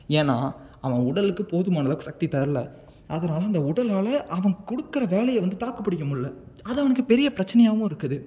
ஏன்னா அவன் உடலுக்கு போதுமான அளவுக்கு சக்தி தரல அதனால தான் அந்த உடல்னால அவன் அவன் கொடுக்குற வேலையை வந்து தாக்கு பிடிக்க முடியல அது அவனுக்கு பெரிய பிரச்சனையாகவும் இருக்குது